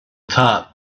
top